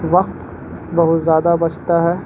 وقت بہت زیادہ بچتا ہے